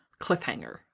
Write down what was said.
cliffhanger